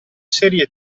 serie